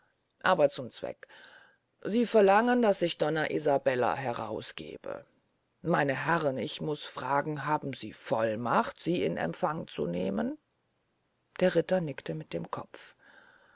aber zum zweck sie verlangen daß ich donna isabella herausgebe meine herren ich muß fragen haben sie vollmacht sie in empfang zu nehmen der ritter nickte mit dem kopf